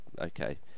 okay